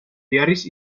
diaris